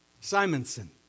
Simonson